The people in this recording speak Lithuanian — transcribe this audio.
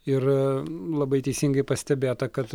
ir labai teisingai pastebėta kad